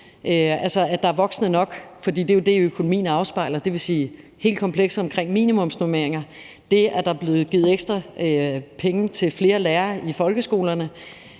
at der er voksne nok, for det er jo det, økonomien afspejler – det vil sige hele komplekset omkring minimumsnormeringer, det, at der er blevet givet ekstra penge til flere lærere i folkeskolerne,